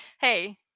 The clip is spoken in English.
Hey